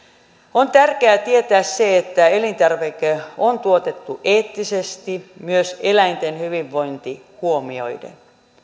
on tärkeää tietää se että elintarvike on tuotettu eettisesti myös eläinten hyvinvointi huomioiden